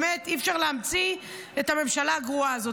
באמת אי-אפשר להמציא את הממשלה הגרועה הזאת.